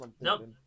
Nope